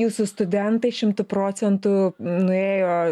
jūsų studentai šimtu procentų nuėjo